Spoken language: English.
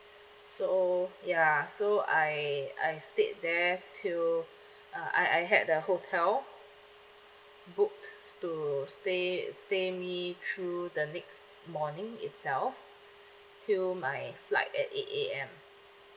so ya so I I stayed there till uh I I had the hotel booked to stay stay me through the next morning itself till my flight at eight A_M